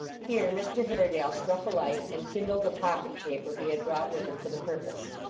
here mr haredale struck a light, and kindled a pocket taper he had brought with him for the purpose.